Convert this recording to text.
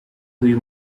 uyu